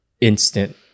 instant